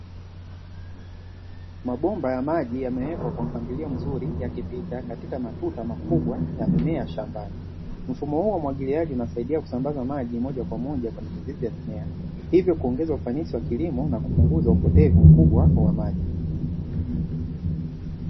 Mabomba ya maji yamewekwa kwa mpangilio mzuri yakipita katika matuta makubwa ya mimea shambani. Mfumo huo wa umwagiliaji unasaidia kusambaza maji moja kwa moja kwenye mizizi ya mimea, hivyo kuongeza ufanisi wa kilimo na kupunguza upotevu mkubwa wa maji.